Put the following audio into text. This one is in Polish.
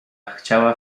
chciała